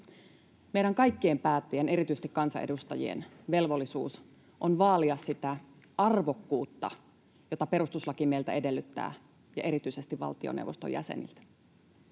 Meidän kaikkien päättäjien, erityisesti kansanedustajien, velvollisuus on vaalia sitä arvokkuutta, jota perustuslaki meiltä edellyttää ja erityisesti valtioneuvoston jäseniltä.